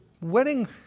wedding